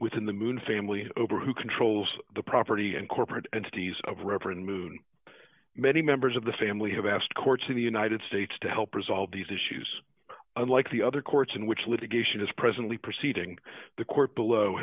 within the moon family over who controls the property and corporate entities of reverend moon many members of the family have asked courts of the united states to help resolve these issues unlike the other courts in which litigation is presently proceeding the court below